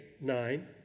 nine